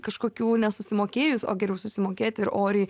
kažkokių nesusimokėjus o geriau susimokėti ir oriai